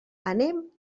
anem